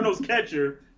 catcher